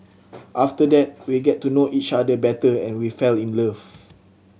after that we get to know each other better and we fell in love